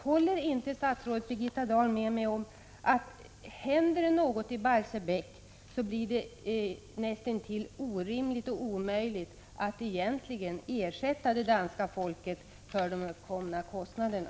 Håller inte statsrådet Birgitta Dahl med mig om att händer det någonting i Barsebäck så blir det näst intill omöjligt att ersätta det danska folket för de uppkomna skadorna?